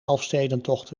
elfstedentocht